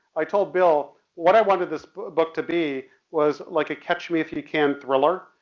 i told bill what i wanted this book to be was like a catch me if you can thriller,